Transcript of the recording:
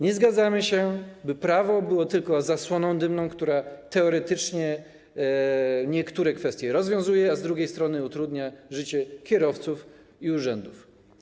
Nie zgadzamy się, by prawo było tylko zasłoną dymną, która teoretycznie niektóre kwestie rozwiązuje, a z drugiej strony utrudnia życie kierowców i urzędów.